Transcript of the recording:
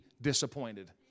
disappointed